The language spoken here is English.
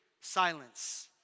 silence